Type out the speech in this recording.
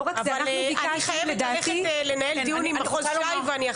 אני חייבת ללכת לנהל דיון עם מחוז ש"י.